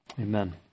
Amen